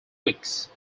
wickes